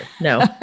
No